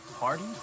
party